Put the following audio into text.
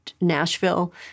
Nashville